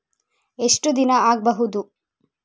ಎಷ್ಟು ದಿನ ಆಗ್ಬಹುದು?